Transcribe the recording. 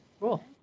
cool